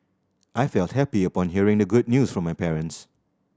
I felt happy upon hearing the good news from my parents